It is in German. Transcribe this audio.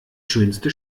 schönste